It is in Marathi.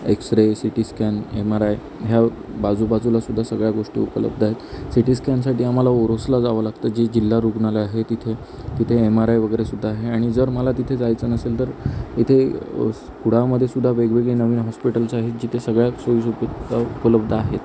x ray C T scan M R I ह्या बाजूबाजूला सुद्धा सगळ्या गोष्टी उपलब्ध आहेत सी टी स्कॅनसाठी आम्हाला ओरोसला जावं लागतं जी जिल्हा रुग्णालय आहे तिथे तिथे एम आर आय वगैरे सुद्धा आहे आणि जर मला तिथे जायचं नसेल तर तिथे कुडाळमध्ये सुद्धा वेगवेगळे नवीन हॉस्पिटल्स आहेत जिथे सगळ्या सोयीसुविधा उपलब्ध आहे